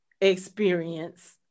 experience